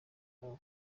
duhawe